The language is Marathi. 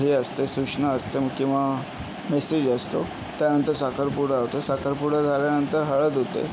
हे असते सूचना असते किंवा मेसेज असतो त्यानंतर साखरपुडा होतो साखरपुडा झाल्यानंतर हळद होते